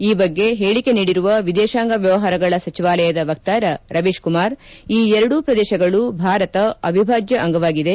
ಈ ಬಗ್ಗೆ ಹೇಳಿಕೆ ನೀಡಿರುವ ವಿದೇಶಾಂಗ ವ್ಯವಹಾರಗಳ ಸಚಿವಾಲಯದ ವಕ್ತಾರ ರವೀಶ್ ಕುಮಾರ್ ಈ ಎರಡೂ ಪ್ರದೇಶಗಳು ಭಾರತ ಅವಿಭಾಜ್ಯ ಅಂಗವಾಗಿದೆ